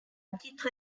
titre